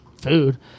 food